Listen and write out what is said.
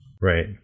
Right